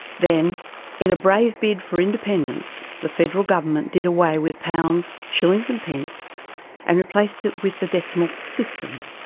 then in a brave bid for independence, the federal government did away with pounds, shillings and pence and replaced it with the decimal system,